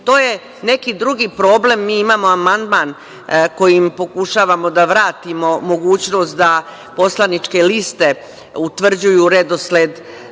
To je neki drugi problem. Mi imamo amandman kojim pokušavamo da vratimo mogućnost da poslaničke liste utvrđuju redosled